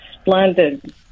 splendid